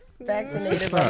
Vaccinated